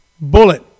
Bullet